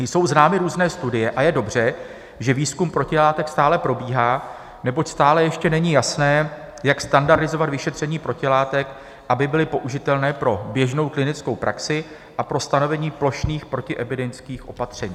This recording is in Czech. Jsou známy různé studie a je dobře, že výzkum protilátek stále probíhá, neboť stále ještě není jasné, jak standardizovat vyšetření protilátek, aby byly použitelné pro běžnou klinickou praxi a pro stanovení plošných protiepidemických opatření.